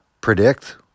predict